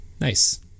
nice